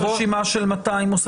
אבל הוא יכול לתת רשימה של 200 מוסדות?